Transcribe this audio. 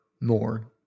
more